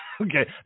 Okay